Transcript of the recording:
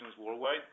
worldwide